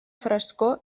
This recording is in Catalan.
frescor